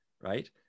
right